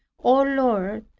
o lord,